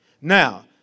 Now